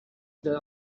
that